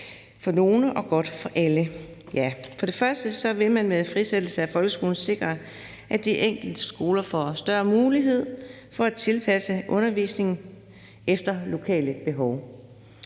for nogle og godt for alle. For det første vil man med frisættelse af folkeskolen sikre, at de enkelte skoler får større mulighed for at tilpasse undervisningen til lokale behov.